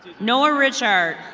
noah richer.